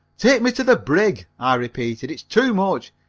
take me to the brig, i repeated, it's too much.